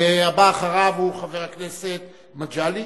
הבא אחריו הוא חבר הכנסת מגלי.